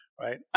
right